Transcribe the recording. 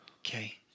Okay